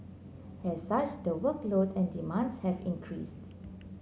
as such the workload and demands have increased